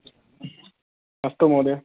अस्तु महोदय